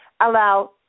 Allow